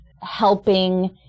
helping